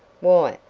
why,